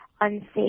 unsafe